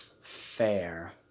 Fair